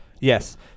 Yes